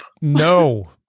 No